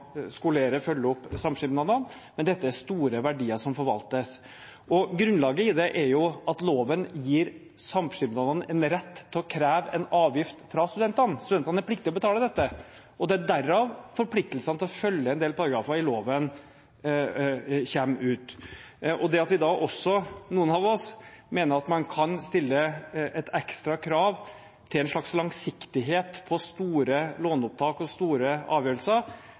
skolere og følge opp samskipnadene. Men det er store verdier som forvaltes. Grunnlaget i det er at loven gir samskipnadene en rett til å kreve en avgift fra studentene – studentene er pliktig til å betale dette. Det er derav forpliktelsene til å følge en del paragrafer i loven kommer. Når vi også – noen av oss – mener at man kan stille et ekstra krav til en slags langsiktighet på store låneopptak og store avgjørelser,